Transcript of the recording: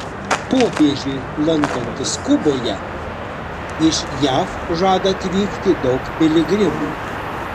popiežiui lankantis kuboje iš jav žada atvykti daug piligrimų